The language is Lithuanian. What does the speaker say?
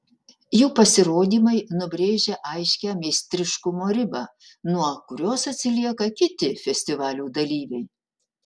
jų pasirodymai nubrėžia aiškią meistriškumo ribą nuo kurios atsilieka kiti festivalių dalyviai